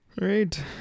right